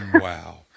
Wow